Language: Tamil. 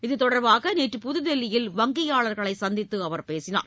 இதுதொடர்பாக நேற்று புதுதில்லியில் வங்கியாளர்களை சந்தித்து அவர் பேசினார்